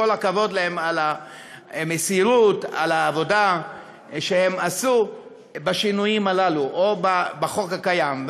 כל הכבוד להם על המסירות ועל העבודה שהם עשו בשינויים הללו בחוק הקיים.